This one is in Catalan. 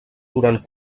durant